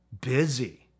busy